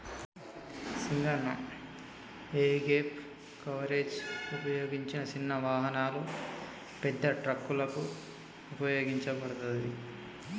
సింగన్న యీగేప్ కవరేజ్ ఉపయోగించిన సిన్న వాహనాలు, పెద్ద ట్రక్కులకు ఉపయోగించబడతది